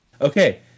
Okay